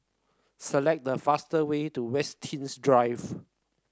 select the fast way to Winstedt Drive